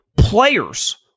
players